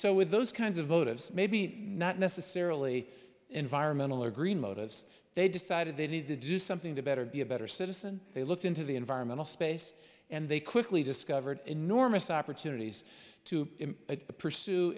so with those kinds of votive maybe not necessarily environmental or green motives they decided they need to do something to better be a better citizen they looked into the environmental space and they quickly discovered enormous opportunities to pursue